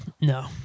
No